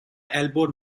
elbowed